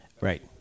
Right